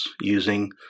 using